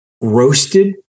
Roasted